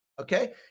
Okay